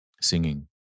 Singing